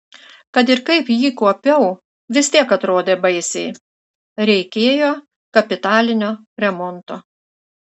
kad ir kaip jį kuopiau vis tiek atrodė baisiai reikėjo kapitalinio remonto